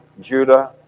Judah